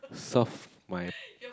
solve my